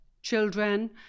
Children